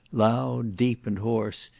loud, deep, and hoarse,